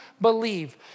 believe